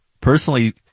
personally